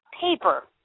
paper